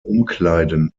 umkleiden